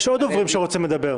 יש עוד דוברים שרוצים לדבר.